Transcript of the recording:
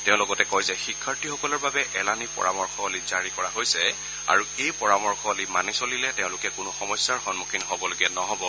তেওঁ লগতে কয় যে শিক্ষাৰ্থীসকলৰ বাবে এলানি পৰামৰ্শৱলী জাৰি কৰা হৈছে আৰু এই পৰামৰ্শৱলী মানি চলিলে তেওঁলোকে কোনো সমস্যাৰ সন্মুখীন হ'বলগীয়া নহ'ব